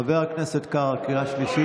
חבר הכנסת קארה, קריאה שלישית.